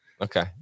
Okay